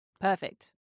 Perfect